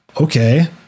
okay